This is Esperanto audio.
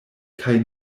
kaj